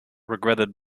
regretted